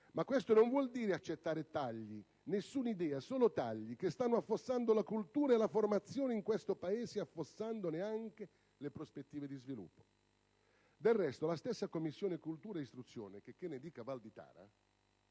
ma questo non vuol dire accettare tagli; nessuna idea: solo tagli che stanno affossando la cultura e la formazione in questo Paese, affossandone anche le prospettive di sviluppo! Del resto, la stessa 7a Commissione, checché ne dica il senatore Valditara,